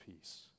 peace